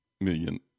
million